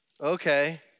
Okay